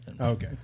Okay